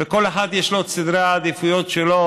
לכל אחד יש את סדרי העדיפויות שלו,